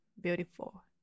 beautiful